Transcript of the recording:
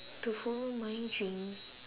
to follow my dreams